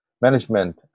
management